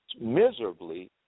miserably